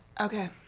Okay